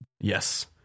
Yes